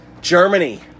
Germany